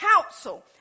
counsel